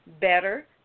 Better